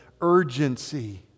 urgency